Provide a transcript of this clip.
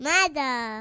Mother